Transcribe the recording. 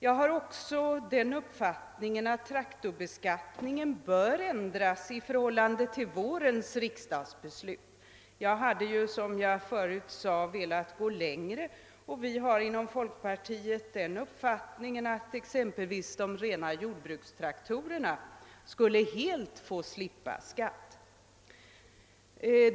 Jag har vidare den uppfattningen att traktorskatten bör ändras i förhållande till vårens riksdagsbelut — jag hade, som jag sade, velat gå längre och vi har inom folkpartiet den uppfattningen att exempelvis de rena jordbrukstraktorerna inte alls skulle beskattas.